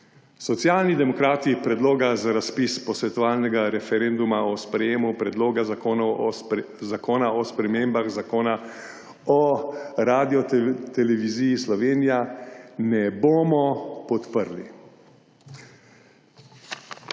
Socialni demokrati Predloga za razpis posvetovalnega referenduma o sprejemu Predloga zakona o spremembah Zakona o Radioteleviziji Slovenija ne bomo podprli.